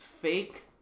fake